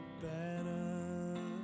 better